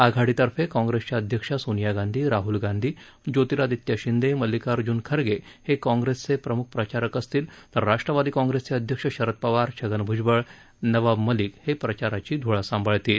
आघाडीतर्फे काँग्रेसच्या अध्यक्ष सोनिया गांधी राहुल गांधी ज्योतीरादित्य शिंदे मल्लिकार्जुन खरगे हे काँग्रेसचे प्रमुख प्रचारक असतील तर राष्ट्रवादी काँग्रेसचे अध्यक्ष शरद पवार छगन भुजबळ नबाव मलिक हे प्रचाराची धुरा संभाळतील